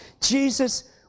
Jesus